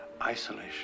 isolation